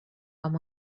amb